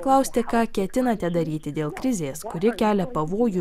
klausti ką ketinate daryti dėl krizės kuri kelia pavojų